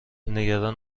نگران